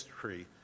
tree